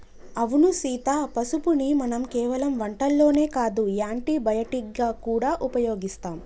అవును సీత పసుపుని మనం కేవలం వంటల్లోనే కాదు యాంటీ బయటిక్ గా గూడా ఉపయోగిస్తాం